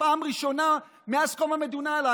פעם ראשונה מאז קום המדינה,